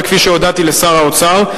וכפי שהודעתי לשר האוצר,